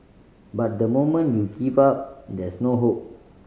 but the moment you give up there's no hope